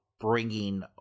bringing